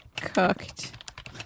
cooked